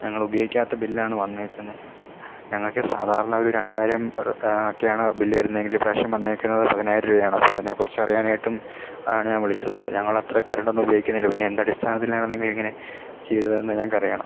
ഞങ്ങൾ ഉപയോഗിക്കാത്ത ബില്ലാണ് വന്നേക്കുന്നത് ഞങ്ങൾക്ക് സാധാരണ ഒരു രണ്ട് ആയിരം ഒക്കെയാണ് ബില്ല് വരുന്നത് എങ്കിൽ ഇപ്രാവശ്യം വന്നേക്കണത് പതിനായിരം രൂപയാണ് അപ്പം അതിനെക്കുറിച്ച് അറിയാനായിട്ടും ആണ് ഞാൻ വിളിച്ചത് ഞങ്ങൾ അത്ര കറണ്ടൊന്നും ഉപയോഗിക്കുന്നില്ല പിന്നെ എന്ത് അടിസ്ഥാനത്തിലാണ് നിങ്ങൾ ഇങ്ങനെ ചെയ്തത് എന്ന് ഞങ്ങൾക്ക് അറിയണം